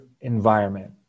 environment